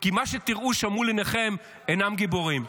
כי מה שתראו שם מול עיניכם, אינם גיבורים.